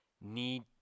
need